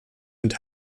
und